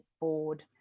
board